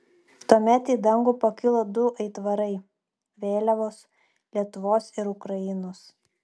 tuomet į dangų pakilo du aitvarai vėliavos lietuvos ir ukrainos